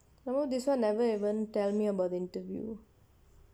some more this [one] never even tell me about the interview